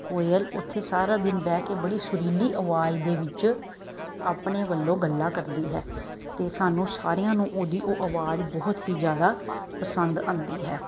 ਕੋਇਲ ਓਥੇ ਸਾਰਾ ਦਿਨ ਬਹਿ ਕੇ ਬੜੀ ਸੁਰੀਲੀ ਅਵਾਜ਼ ਦੇ ਵਿੱਚ ਆਪਣੇ ਵਲੋਂ ਗੱਲਾਂ ਕਰਦੀ ਹੈ ਅਤੇ ਸਾਨੂੰ ਸਾਰਿਆਂ ਨੂੰ ਉਹਦੀ ਉਹ ਅਵਾਜ਼ ਬਹੁਤ ਹੀ ਜ਼ਿਆਦਾ ਪਸੰਦ ਆਉਂਦੀ ਹੈ